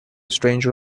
stranger